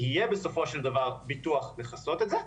יהיה בסופו של דבר ביטוח לכסות את זה,